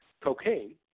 cocaine